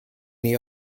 nie